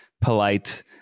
polite